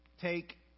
take